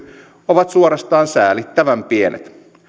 ovat suorastaan säälittävän pienet